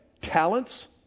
talents